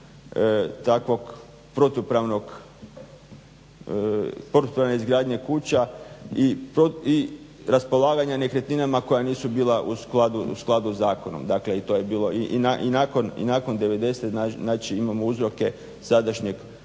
takve protupravne izgradnje kuća i raspolaganja nekretninama koja nisu bila u skladu sa zakonom i to je bilo i nakon '90., znači imamo uzroke sadašnjeg